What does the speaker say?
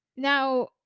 Now